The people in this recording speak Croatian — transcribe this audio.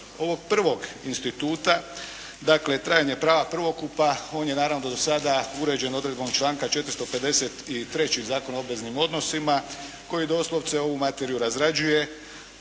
ovog prvog instituta, dakle trajanje prava prvokupa, on je naravno do sada uređen odredbom članka 453. Zakona o obveznim odnosima, koji doslovce ovu materiju razrađuje